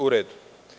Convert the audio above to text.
U redu.